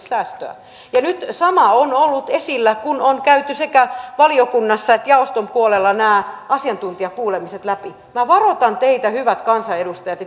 säästöä nyt sama on ollut esillä kun on käyty sekä valiokunnassa että jaoston puolella nämä asiantuntijakuulemiset läpi minä varoitan teitä hyvät kansanedustajat